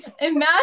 Imagine